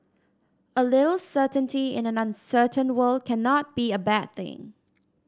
a little certainty in an uncertain world cannot be a bad thing